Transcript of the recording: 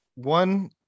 one